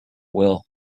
will